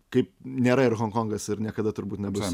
kaip nėra ir honkongas ir niekada turbūt nebus